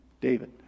David